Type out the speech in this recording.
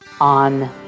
on